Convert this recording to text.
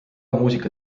muusika